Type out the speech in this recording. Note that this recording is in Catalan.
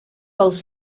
pels